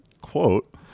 quote